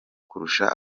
kurusha